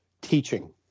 teaching